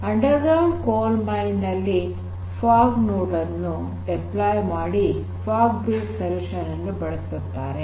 underground coal mine ನಲ್ಲಿ fog node ಅನ್ನು deploy ಮಾಡಿ ಫಾಗ್ ಬೇಸ್ಡ್ ಸೊಲ್ಯೂಷನ್ ಅನ್ನು ಬಳಸುತ್ತಾರೆ